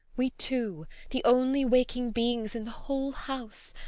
we two the only waking beings in the whole house.